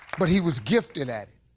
but he was gifted at it.